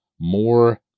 more